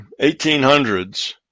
1800s